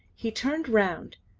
he turned round,